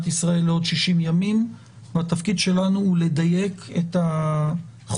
ישראל לעוד 60 ימים והתפקיד שלנו הוא לדייק את החוק